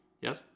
Yes